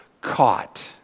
caught